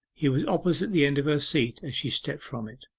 he was opposite the end of her seat as she stepped from it,